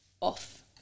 off